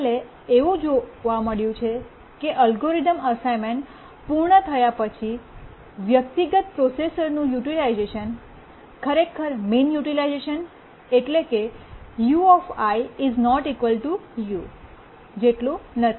છેલ્લે એવું જોવા મળ્યું છે કે એલ્ગોરિધમ અસાઇનમેન્ટ પૂર્ણ થયા પછી વ્યક્તિગત પ્રોસેસરોનું યુટિલાઇઝેશન ખરેખર મીન યુટિલાઇઝેશન એટલે કે u i ≠ u જેટલું નથી